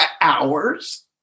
hours